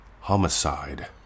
homicide